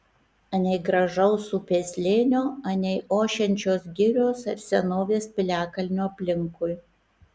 anei gražaus upės slėnio anei ošiančios girios ar senovės piliakalnio aplinkui